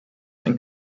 and